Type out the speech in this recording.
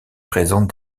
présente